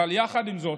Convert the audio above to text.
אבל יחד עם זאת,